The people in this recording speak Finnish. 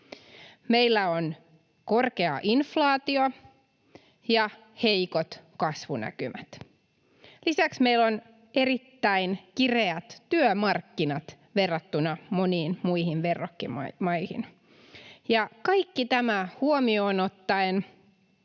Meillä on korkea inflaatio ja heikot kasvunäkymät. Lisäksi meillä on erittäin kireät työmarkkinat verrattuna moniin muihin verrokkimaihin. Ja kaikki tämä huomioon ottaen